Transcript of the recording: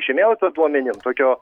žemėlapio duomenim tokio